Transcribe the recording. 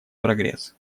прогресс